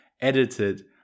edited